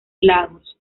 lagos